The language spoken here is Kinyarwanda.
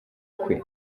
kwe